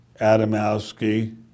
Adamowski